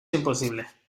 imposible